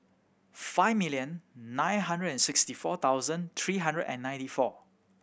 five million nine hundred and sixty four thousand three hundred and ninety four